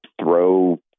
throw